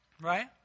Right